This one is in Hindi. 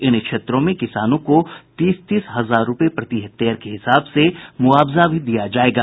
इन क्षेत्रों में किसानों को तीस तीस हजार रूपये प्रति हेक्टेयर के हिसाब से मुआवजा भी दिया जायेगा